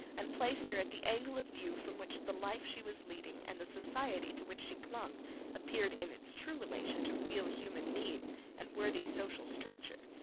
and placed her at the angle of view from which the life she was leading and the society to which she clung appeared in its true relation to real human needs and worthy social structure,